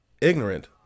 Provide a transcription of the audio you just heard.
ignorant